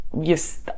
yes